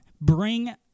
bring